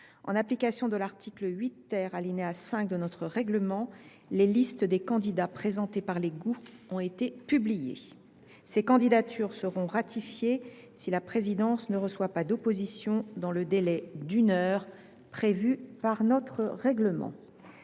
En application de l’article 8 , alinéa 5, de notre règlement, les listes des candidats présentés par les groupes ont été publiées. Ces candidatures seront ratifiées si la présidence ne reçoit pas d’opposition dans le délai d’une heure prévu par notre règlement.